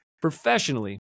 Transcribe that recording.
professionally